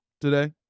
today